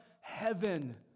heaven